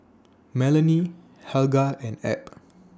Melanie Helga and Ab